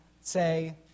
say